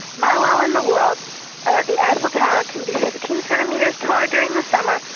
my wow in the world like the eiffel tower can be fifteen centimeters taller during the summer.